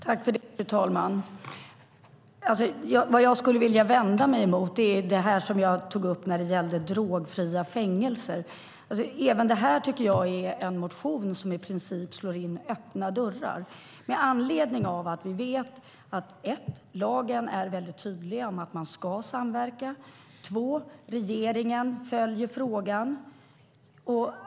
Fru talman! Vad jag skulle vilja vända mig emot är det jag tog upp när det gällde drogfria fängelser. Även detta tycker jag är en reservation som i princip slår in öppna dörrar, för det första med anledning av att vi vet att lagen är väldigt tydlig med att man ska samverka och för det andra med anledning av att regeringen följer frågan.